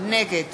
נגד